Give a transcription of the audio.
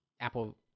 Apple